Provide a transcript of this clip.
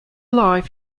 life